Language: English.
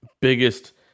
biggest